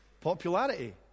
popularity